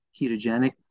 ketogenic